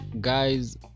guys